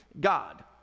God